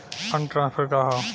Fund transfer का हव?